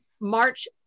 March